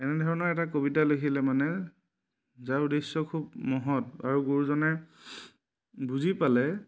এনেধৰণৰ এটা কবিতা লিখিলে মানে যাৰ উদ্দেশ্য খুব মহৎ আৰু গুৰুজনাই বুজি পালে